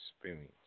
experience